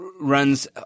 runs